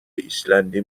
ایسلندی